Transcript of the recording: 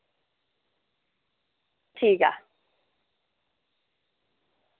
ठीक ऐ